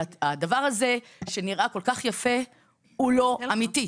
הדבר הזה שנראה כל כך יפה, הוא לא אמיתי.